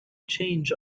change